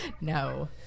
No